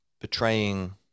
betraying